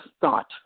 thought